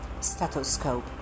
stethoscope